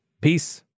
Peace